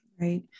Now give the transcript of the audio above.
Right